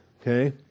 Okay